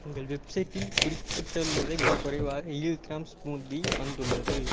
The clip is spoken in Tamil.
உங்கள் வெப்சைட்டில் குறிப்பிட்டுள்ளதை விடக் குறைவாக ஹில்த்ராம்ஸ் பூந்தி வந்துள்ளது